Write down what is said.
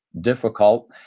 difficult